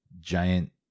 giant